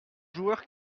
joueur